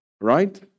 Right